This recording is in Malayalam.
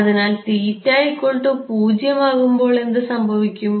അതിനാൽ 0 ആകുമ്പോൾ എന്ത് സംഭവിക്കും